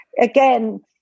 again